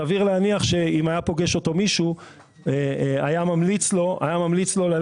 סביר להניח שאם היה פוגש אותו מישהו היה ממליץ לו ללכת,